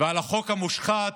ועל החוק המושחת